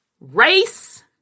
race